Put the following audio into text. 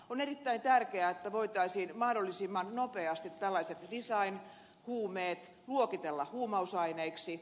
on erittäin tärkeää että voitaisiin mahdollisimman nopeasti tällaiset desinghuumeet luokitella huumausaineiksi